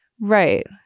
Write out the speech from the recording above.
Right